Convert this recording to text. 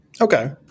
okay